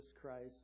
Christ